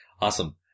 Awesome